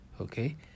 Okay